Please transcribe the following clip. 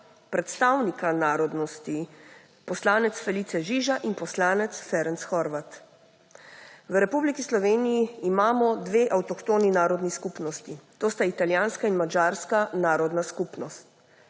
predstavnika narodnosti, poslanec Felice Žiža in poslanec Ferenc Horváth. V Republiki Sloveniji imamo dve avtohtoni narodni skupnosti. To sta italijanska in madžarska narodna skupnost.